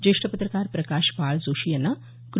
ज्येष्ठ पत्रकार प्रकाश बाळ जोशी यांना क्र